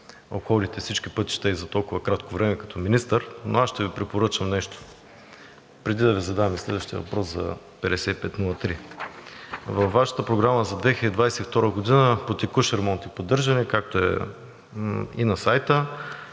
обходите всички пътища и за толкова кратко време като министър, но аз ще Ви препоръчам нещо, преди да Ви задам следващия въпрос за републикански път III-5503. Във Вашата програма за 2022 г. по текущ ремонт и поддържане, както е и на сайта,